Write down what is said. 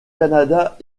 canada